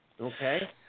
Okay